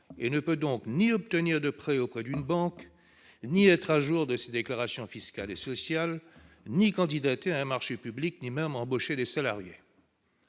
et ne peut donc ni obtenir de prêts auprès d'une banque, ni être à jour de ses déclarations fiscales et sociales, ni candidater à un marché public, ni même embaucher de salariés.